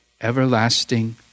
everlasting